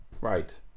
Right